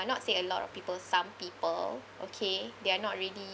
not say a lot of people some people okay they're not really